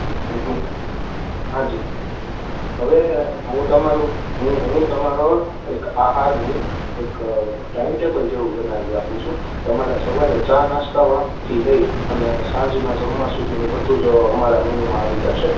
હં હં હા જી હવે હું તમારું હું તમારો એક આહારનું એક ટાઈમટેબલ જેવું બનાવી આપું છું તમારે સવારે ચા નાસ્તામાંથી લઈ અને સાંજના જમવા સુધીનું બધું જ અમારા મેનુમાં આવી જાશે